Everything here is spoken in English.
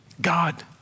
God